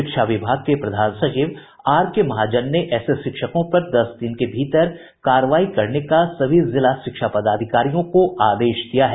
शिक्षा विभाग के प्रधान सचिव आरके महाजन ने ऐसे शिक्षकों पर दस दिन के भीतर कार्रवाई करने का सभी जिला शिक्षा पदाधिकारियों को आदेश दिया है